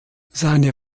seine